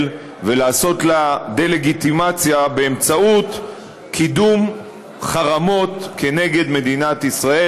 ולעשות לה דה-לגיטימציה באמצעות קידום חרמות כנגד מדינת ישראל,